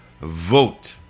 vote